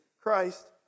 Christ